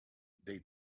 they